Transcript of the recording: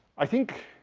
i think,